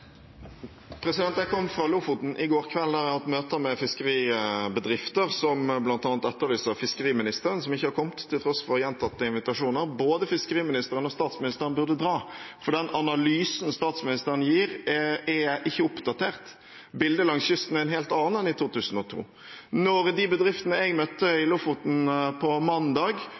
Lofoten i går kveld, der jeg har hatt møter med fiskeribedrifter som bl.a. etterlyser fiskeriministeren, som ikke har kommet, til tross for gjentatte invitasjoner. Både fiskeriministeren og statsministeren burde dra, for den analysen statsministeren gir, er ikke oppdatert. Bildet langs kysten er et helt annet enn i 2002. Når de bedriftene jeg møtte i Lofoten mandag,